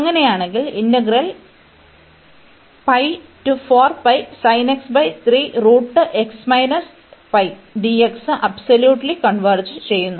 അങ്ങനെയാണെങ്കിൽ integral absolutely converge ചെയ്യുന്നു